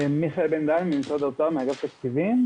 מיכאל בן דהן מאגף התקציבים במשרד האוצר.